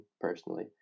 personally